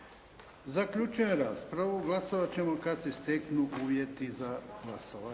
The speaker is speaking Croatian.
Zaključujem raspravu. Glasovati ćemo kada se steknu uvjeti za glasovanje.